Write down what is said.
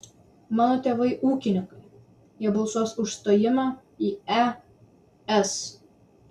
mano tėvai ūkininkai jie balsuos už stojimą į es